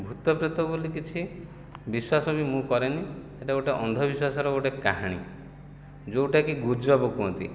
ଭୂତ ପ୍ରେତ ବୋଲି କିଛି ବିଶ୍ୱାସ ବି ମୁଁ କରେନି ସେଟା ଗୋଟିଏ ଅନ୍ଧବିଶ୍ଵାସର ଗୋଟିଏ କାହାଣୀ ଯେଉଁଟାକି ଗୁଜବ କୁହନ୍ତି